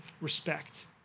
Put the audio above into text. respect